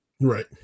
right